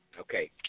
Okay